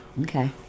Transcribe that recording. Okay